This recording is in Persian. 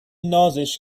نازش